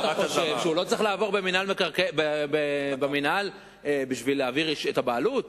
אתה חושב שהוא לא צריך לעבור במינהל בשביל להעביר את הבעלות?